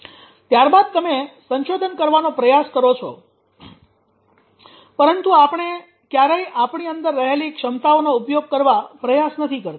ત્યાર બાદ તમે તપાસ સંશોધન કરવાનો પ્રયાસ કરો છો પરંતુ આપણે ક્યારેય આપણી અંદર રહેલી ક્ષમતાઓનો ઉપયોગ કરવા પ્રયાસ નથી કરતા